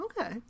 Okay